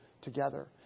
together